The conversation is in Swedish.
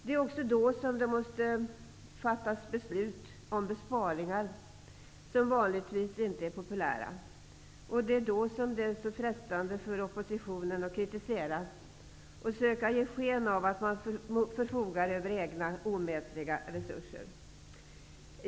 Det är också då som det måste fattas beslut om besparingar, som vanligtvis inte är populära. Det är då som det är så frestande för oppositionen att kritisera och försöka ge sken av att man förfogar över egna omätliga resurser.